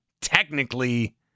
technically